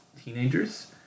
teenagers